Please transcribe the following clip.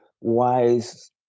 wise